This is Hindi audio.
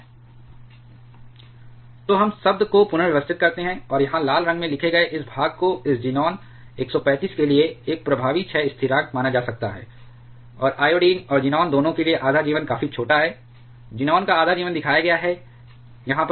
Nl eq γ ∑f φth λl तो हम शब्द को पुनर्व्यवस्थित करते हैं और यहाँ लाल रंग में लिखे गए इस भाग को इस ज़ीनान 135 के लिए एक प्रभावी क्षय स्थिरांक माना जा सकता है और आयोडीन और ज़ीनान दोनों के लिए आधा जीवन काफी छोटा है ज़ीनान का आधा जीवन दिखाया गया है यहां